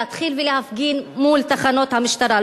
להתחיל ולהפגין מול תחנות המשטרה.